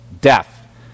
death